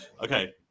okay